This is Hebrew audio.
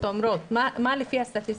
הסטטיסטיקות, מה לפי הסטטיסטיקה,